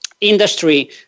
industry